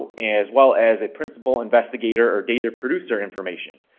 ah as well as a principal investigator or data producer information.